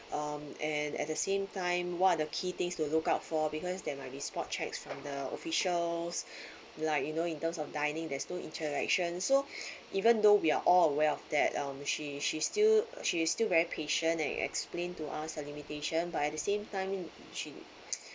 um and at the same time what are the key things to look out for because there might be spot checks from the officials like you know in terms of dining there's still interaction so even though we're all aware of that um she she still but she's still very patient and explain to us the limitation but at the same time she